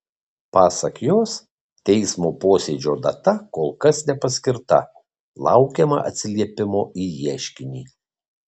pasak jos teismo posėdžio data kol kas nepaskirta laukiama atsiliepimo į ieškinį